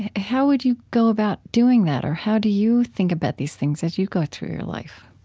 how would you go about doing that or how do you think about these things as you go through your life?